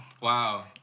Wow